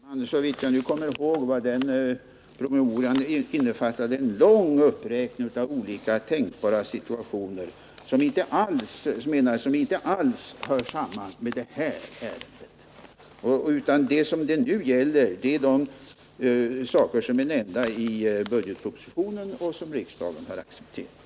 Herr talman! Såvitt jag nu kommer ihåg innefattade den promemorian en lång uppräkning av olika tänkbara situationer som inte alls hör samman med det här ärendet. Vad det nu gäller är de saker som är nämnda i budgetpropositionen och som riksdagen har accepterat.